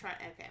Okay